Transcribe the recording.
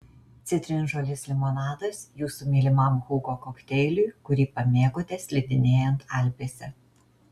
citrinžolės limonadas jūsų mylimam hugo kokteiliui kurį pamėgote slidinėjant alpėse